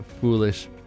foolish